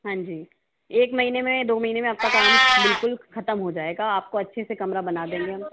हाँ जी एक महीने में दो महीने में आपका काम बिल्कुल खत्म हो जाएगा आपको अच्छे से कमरा बना देंगे हम